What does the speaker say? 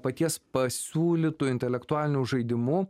paties pasiūlytu intelektualiniu žaidimu